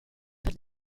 per